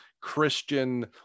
Christian